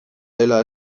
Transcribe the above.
dela